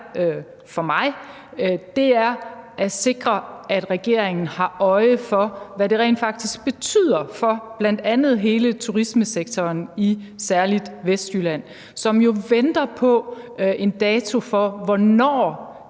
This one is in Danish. for mig, er at sikre, er, at regeringen har øje for, hvad det rent faktisk betyder for bl.a. hele turismesektoren i særlig Vestjylland, som jo venter på en dato for, hvornår